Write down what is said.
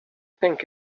think